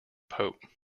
pope